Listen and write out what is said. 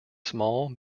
small